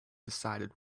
decided